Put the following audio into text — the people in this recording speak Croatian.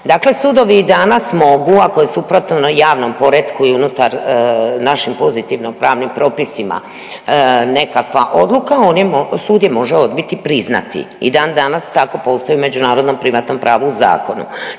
Dakle, sudovi i danas mogu ako je suprotno javnom poretku i unutar našim pozitivno pravnim propisima nekakva odluka sud je može odbiti i priznati i dan danas tako postoji u međunarodnom privatnom pravu u zakonu,